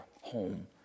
home